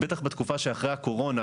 בטח בתקופה של אחרי הקורונה,